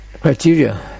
criteria